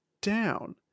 down